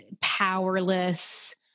powerless